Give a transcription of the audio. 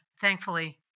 thankfully